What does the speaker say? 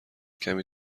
کمی